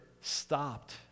stopped